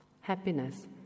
happiness